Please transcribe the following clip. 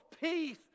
peace